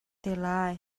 herh